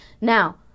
Now